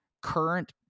current